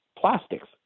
Plastics